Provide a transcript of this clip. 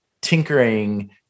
tinkering